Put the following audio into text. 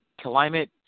climate